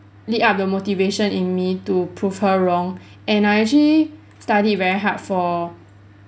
lit up the motivation in me to prove her wrong and I actually studied very hard for